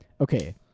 Okay